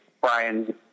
Brian